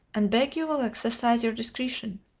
and beg you will exercise your discretion.